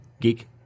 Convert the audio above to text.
Geek